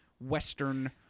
Western